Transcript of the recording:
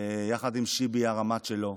יחד עם שיבי הרמ"ט שלו,